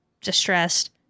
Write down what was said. distressed